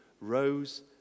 Rose